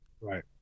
Right